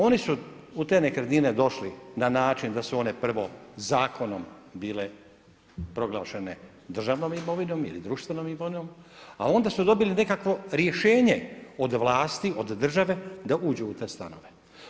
Oni su u te nekretnine došli na način da su one prvo zakonom bile proglašene državnom ili društvenom imovinom, a onda su dobili nekakvo rješenje od vlasti, od države da uđu u te stanove.